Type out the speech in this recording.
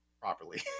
properly